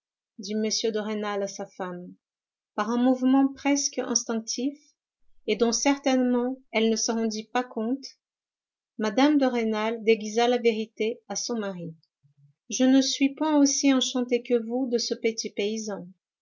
m de rênal à sa femme par un mouvement presque instinctif et dont certainement elle ne se rendit pas compte mme de rênal déguisa la vérité à son mari je ne suis point aussi enchantée que vous de ce petit paysan